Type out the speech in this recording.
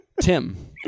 Tim